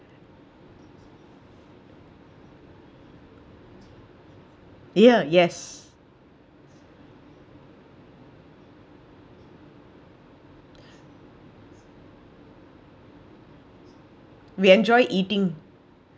ye yes we enjoy eating